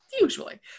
usually